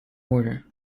order